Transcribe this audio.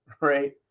right